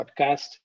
podcast